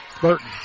Burton